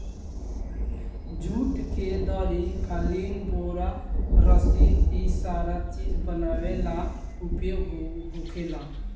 जुट के दरी, कालीन, बोरा, रसी इ सारा चीज बनावे ला उपयोग होखेला